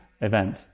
event